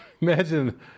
Imagine